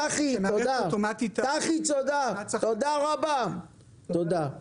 תודה רבה לך אדוני.